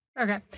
Okay